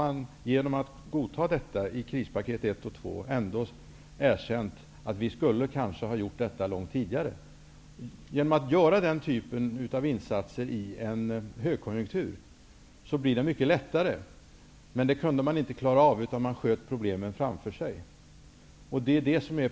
Nu har de, genom att godta de här sakerna i krispake ten 1 och 2, ändå erkänt att detta kanske skulle ha gjorts långt tidigare. Genom nämnda typ av insatser under en hög konjunktur blir det mycket lättare. Men det kla rade man inte av, utan man sköt problemen fram för sig.